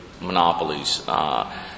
monopolies